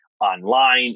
online